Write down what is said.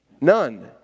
None